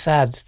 Sad